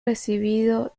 recibido